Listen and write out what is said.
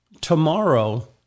tomorrow